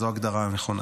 זו ההגדרה הנכונה.